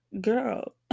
girl